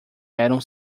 eram